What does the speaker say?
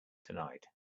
tonight